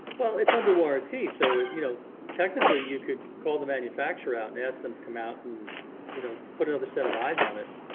well, it's under warranty so you know technically you could call the manufacturer out and ask them to come out and you know put another set of eyes on it,